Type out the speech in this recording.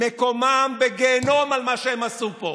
מקומם בגיהינום על מה שהם עשו פה,